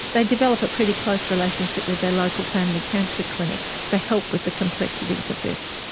they develop a pretty close relationship with their local family cancer clinic for help with the complexities of this.